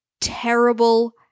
terrible